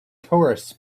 tourists